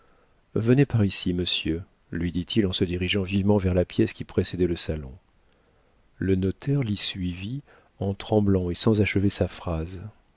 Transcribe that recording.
venez par ici monsieur lui dit-il en se dirigeant vivement vers la pièce qui précédait le salon le notaire l'y suivit en tremblant et sans achever sa phrase